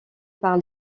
par